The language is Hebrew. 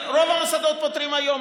רוב המוסדות פוטרים היום,